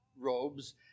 robes